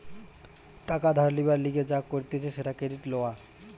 টাকা ধার লিবার লিগে যা করতিছে সেটা ক্রেডিট লওয়া